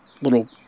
little